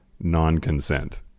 non-consent